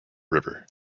river